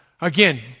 Again